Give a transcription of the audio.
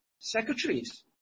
secretaries